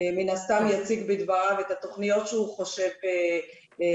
מן הסתם יציג בדבריו את התוכניות שהוא חושב לבצע.